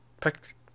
pick